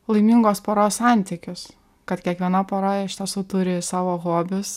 laimingos poros santykius kad kiekviena pora iš tiesų turi savo hobius